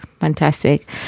Fantastic